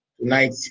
Tonight